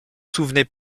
souvenez